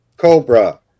Cobra